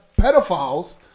pedophiles